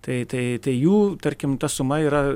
tai tai tai jų tarkim ta suma yra